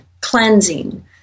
cleansing